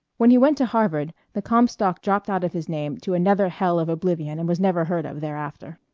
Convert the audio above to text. when he went to harvard, the comstock dropped out of his name to a nether hell of oblivion and was never heard of thereafter.